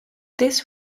this